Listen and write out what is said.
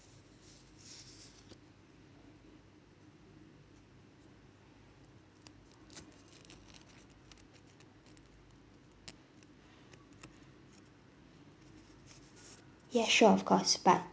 yeah sure of course but